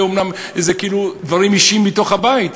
אומנם זה כאילו דברים אישיים מתוך הבית,